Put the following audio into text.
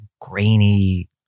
grainy